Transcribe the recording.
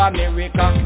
America